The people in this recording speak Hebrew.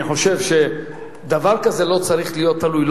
אני חושב שדבר כזה לא צריך להיות תלוי,